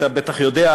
אתה בטח יודע,